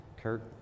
Kurt